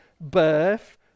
birth